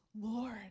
Lord